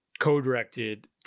co-directed